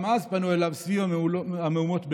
גם אז פנו אליו סביב המהומות בלוד.